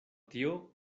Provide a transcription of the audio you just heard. tio